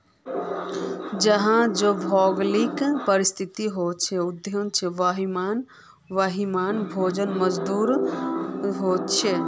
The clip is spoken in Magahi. जेछां जे भौगोलिक परिस्तिथि होछे उछां वहिमन भोजन मौजूद होचे